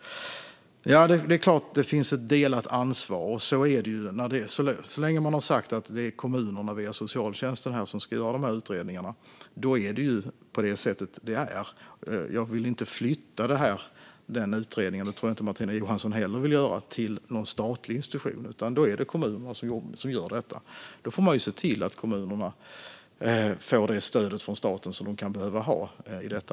Ja, det är klart att det finns ett delat ansvar. Så länge det är kommunerna via socialtjänsten som ska göra de här utredningarna är det ju på det sättet det är. Jag vill inte flytta det utredningsansvaret till någon statlig institution, och det tror jag inte att Martina Johansson heller vill göra. Det är kommunerna som gör detta, och då får man se till att kommunerna får det stöd från staten som de kan behöva i det.